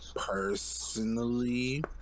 personally